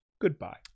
Goodbye